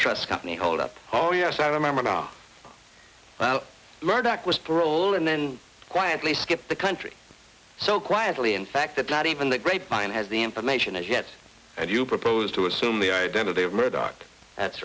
trust company hold up oh yes i remember now murdoch was paroled and then quietly skipped the country so quietly in fact that not even the grapevine has the information as yet and you propose to assume the identity of murdoch that's